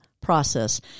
process